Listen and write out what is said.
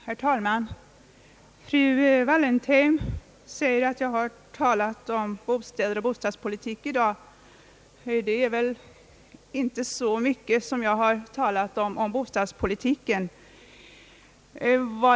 Herr talman! Fru Wallentheim sade nyss att jag har talat om bostäder och bostadspolitik i dag, men jag har inte talat så mycket om bostadspolitiken.